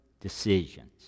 decisions